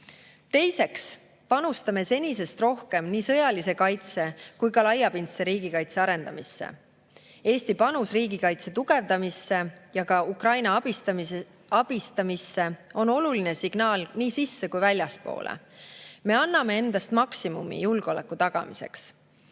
Teiseks panustame senisest rohkem nii sõjalise kaitse kui ka laiapindse riigikaitse arendamisse. Eesti panus riigikaitse tugevdamisse ja ka Ukraina abistamisse on oluline signaal nii sisse- kui väljapoole. Me anname endast maksimumi julgeoleku tagamiseks.